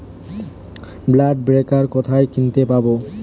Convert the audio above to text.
Clod breaker কোথায় কিনতে পাব?